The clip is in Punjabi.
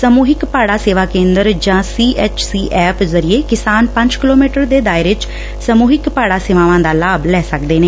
ਸਮੁਹਿਕ ਭਾੜਾ ਸੇਵਾ ਕੇਂਦਰ ਜਾਂ ਸੀ ਐਚ ਸੀ ਐੱਪ ਜ਼ਰੀਏ ਕਿਸਾਨ ਪੰਜ ਕਿਲੋਮੀਟਰ ਦੇ ਦਾਇਰੇ ਚ ਸਮੂਹਿੱਕ ਭਾੜਾ ਸੇਵਾਵਾਂ ਦਾ ਲਾਭ ਲੈ ਸਕਦੇ ਨੇ